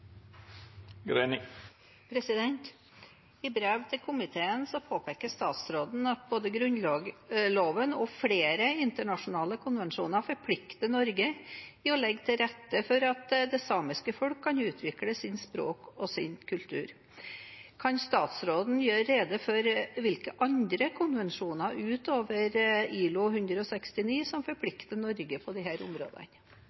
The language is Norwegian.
I brev til komiteen påpeker statsråden at både Grunnloven og flere internasjonale konvensjoner forplikter Norge til å legge til rette for at det samiske folk kan utvikle sitt språk og sin kultur. Kan statsråden gjøre rede for hvilke andre konvensjoner, utover ILO 169, som